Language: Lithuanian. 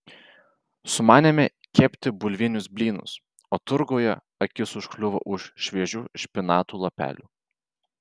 sumanėme kepti bulvinius blynus o turguje akis užkliuvo už šviežių špinatų lapelių